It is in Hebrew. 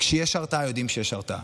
כשיש הרתעה יודעים שיש הרתעה.